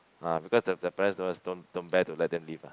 because the parents don't don't don't bare to let them leave